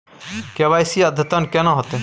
KYC अद्यतन केना होतै?